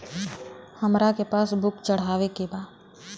हमरा के पास बुक चढ़ावे के बा?